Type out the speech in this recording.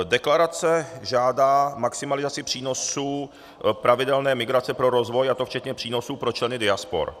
Deklarace žádá maximalizaci přínosů pravidelné migrace pro rozvoj, a to včetně přínosů pro členy diaspor.